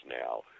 now